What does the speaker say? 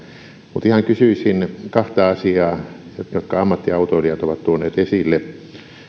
mutta kysyisin ihan kahta asiaa jotka ammattiautoilijat ovat tuoneet esille